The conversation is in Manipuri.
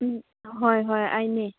ꯎꯝ ꯍꯣꯏ ꯍꯣꯏ ꯑꯩꯅꯦ